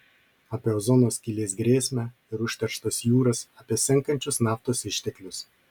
apie ozono skylės grėsmę ir užterštas jūras apie senkančius naftos išteklius